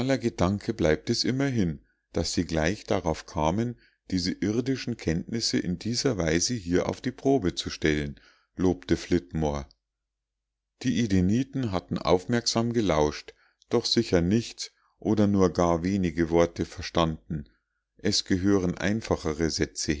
gedanke bleibt es immerhin daß sie gleich darauf kamen diese irdischen kenntnisse in dieser weise hier auf die probe zu stellen lobte flitmore die edeniten hatten aufmerksam gelauscht doch sicher nichts oder nur gar wenige worte verstanden es gehören einfachere sätze